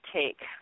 take